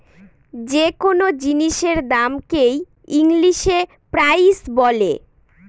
যে কোনো জিনিসের দামকে হ ইংলিশে প্রাইস বলে